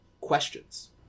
questions